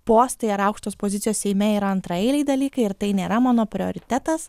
postai ar aukštos pozicijos seime yra antraeiliai dalykai ir tai nėra mano prioritetas